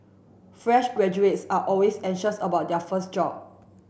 fresh graduates are always anxious about their first job